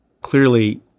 clearly